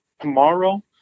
tomorrow